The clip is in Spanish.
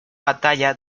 batalla